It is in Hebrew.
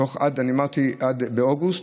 אמרתי באוגוסט,